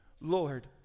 Lord